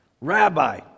Rabbi